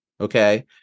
okay